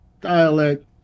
dialect